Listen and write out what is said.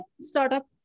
startup